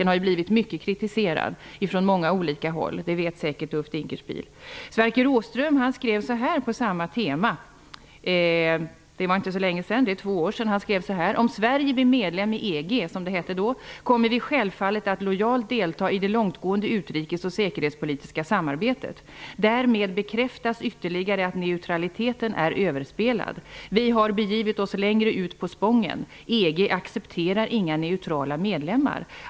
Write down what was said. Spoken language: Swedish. Den har blivit mycket kritiserad från många olika håll; det vet säkert Ulf Dinkelspiel. Så här skrev Sverker Åström på samma tema för två år sedan: ''Om Sverige blir medlem i EG kommer vi självfallet att lojalt delta i det långtgående utrikesoch säkerhetspolitiska samarbetet. Därmed bekräftas ytterligare att neutraliteten är överspelad. Vi har begivit oss längre ut på spången. EG accepterar inga neutrala medlemmar.